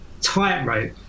tightrope